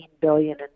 billion